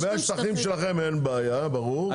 לגבי השטחים שלכם, אין בעיה, ברור.